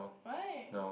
why